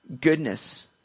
goodness